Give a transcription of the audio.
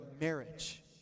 marriage